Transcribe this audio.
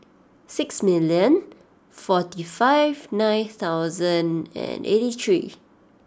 six million forty five nine thousand and eighty three